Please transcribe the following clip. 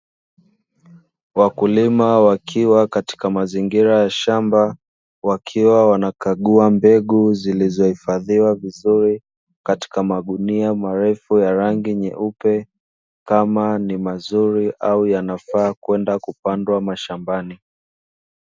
Wakulima wakiwa katika mazingira ya shamba, wakiwa wanakagua mbegu zilizohifadhiwa vizuri katika magunia marefu ya rangi nyeupe kama ni mazuri au yanafaa kwenda kupandwa mashambani.